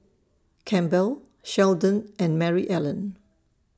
Campbell Sheldon and Maryellen